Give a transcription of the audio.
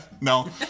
No